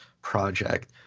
Project